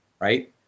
right